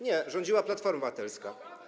Nie, rządziła Platforma Obywatelska.